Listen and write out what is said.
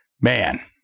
Man